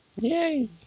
Yay